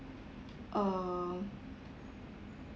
uh